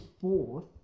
fourth